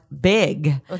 big